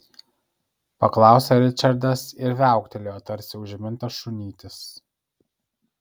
paklausė ričardas ir viauktelėjo tarsi užmintas šunytis